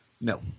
No